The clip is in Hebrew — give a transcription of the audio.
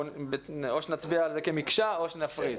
נצביע על זה כמקשה או שנפריד.